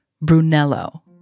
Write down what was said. Brunello